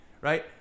right